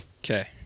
Okay